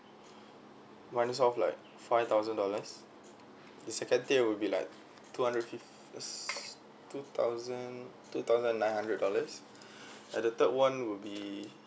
once off like five thousand dollars the second tier would be like two hundred fift~ two thousand two thousand and nine hundred dollars and the third one would be